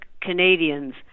Canadians